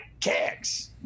kicks